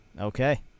Okay